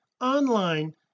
online